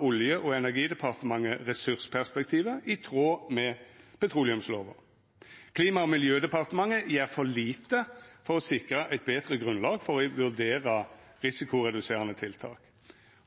Olje- og energidepartementet ressursperspektivet i tråd med petroleumslova. Klima- og miljødepartementet gjer for lite for å sikra eit betre grunnlag for å vurdera risikoreduserande tiltak.